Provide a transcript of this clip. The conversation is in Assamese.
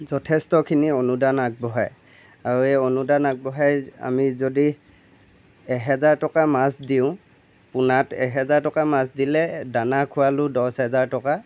যথেষ্টখিনি অনুদান আগবঢ়াই আৰু এই অনুদান আগবঢ়াই আমি যদি এহেজাৰ টকাৰ মাছ দিওঁ পোনাত এহেজাৰ টকাৰ মাছ দিলে দানা খোৱালোঁ দহ হেজাৰ টকাৰ